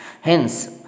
Hence